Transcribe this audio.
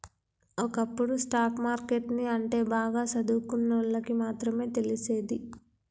ఒకప్పుడు stock market ని అంటే బాగా సదువుకున్నోల్లకి మాత్రమే తెలిసేది